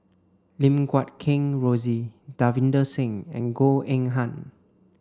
Lim Guat Kheng Rosie Davinder Singh and Goh Eng Han